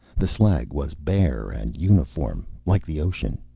the slag was bare and uniform, like the ocean.